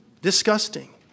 disgusting